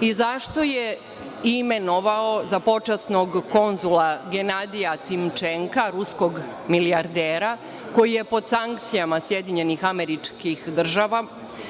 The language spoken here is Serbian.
I, zašto je imenovao za počasnog konzula Genadija Timčenka, ruskog milijardera, koji je pod sankcijama SAD i na njihovoj